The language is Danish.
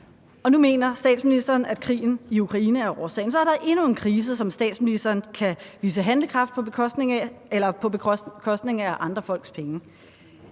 Og nu mener statsministeren, at krigen i Ukraine er årsagen. Så er der endnu en krise, som statsministeren kan vise handlekraft på baggrund af med andre folks penge.